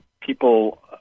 people